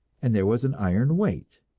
and there was an iron weight,